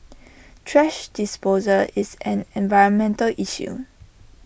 thrash disposal is an environmental issue